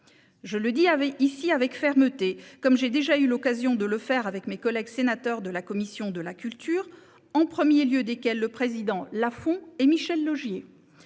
Je le dis ici avec fermeté, comme j'ai déjà eu l'occasion de le faire avec mes collègues sénateurs de la commission de la culture, en premier lieu desquels le président Lafon et Michel Laugier,